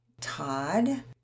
Todd